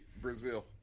Brazil